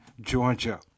Georgia